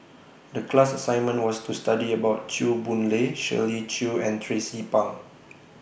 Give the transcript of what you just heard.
The class assignment was to study about Chew Boon Lay Shirley Chew and Tracie Pang